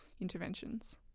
interventions